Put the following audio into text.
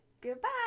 goodbye